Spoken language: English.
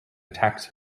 attacks